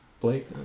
Blake